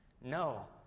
No